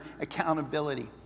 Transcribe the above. accountability